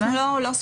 אנחנו לא סבורים